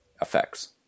effects